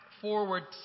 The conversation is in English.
forward